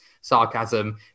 sarcasm